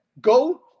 Go